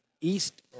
east